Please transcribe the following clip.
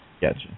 Gotcha